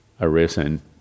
arisen